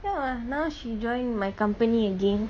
well err now she joined my company again